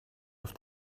auf